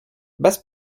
bez